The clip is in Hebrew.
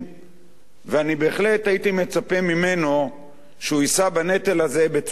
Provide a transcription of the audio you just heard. ואני בהחלט הייתי מצפה ממנו שהוא יישא בנטל הזה בצורה ממלכתית.